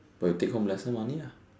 but you take home lesser money lah